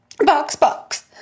Boxbox